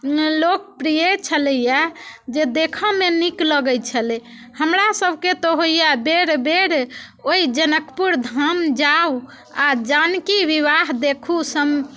लोकप्रिय छलैया जे देखऽमे नीक लगैत छलै हमरा सबके तऽ होइया बेर बेर ओहि जनकपुर धाम जाउ आ जानकी विवाह देखू